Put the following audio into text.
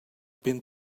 been